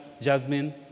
Jasmine